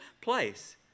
place